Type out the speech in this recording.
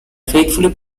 faithfully